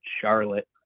Charlotte